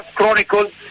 Chronicles